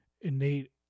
innate